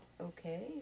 okay